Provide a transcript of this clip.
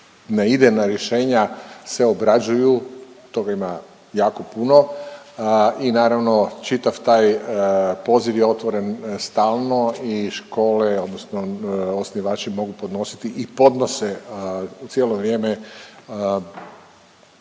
na idejna rješenja se obrađuju, toga ima jako puno i naravno, čitav taj poziv je otvoren stalno i škole, odnosno osnivači mogu podnositi i podnose cijelo vrijeme